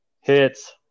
hits